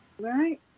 Right